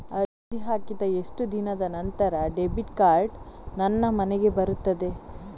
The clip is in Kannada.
ಅರ್ಜಿ ಹಾಕಿದ ಎಷ್ಟು ದಿನದ ನಂತರ ಡೆಬಿಟ್ ಕಾರ್ಡ್ ನನ್ನ ಮನೆಗೆ ಬರುತ್ತದೆ?